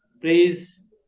Please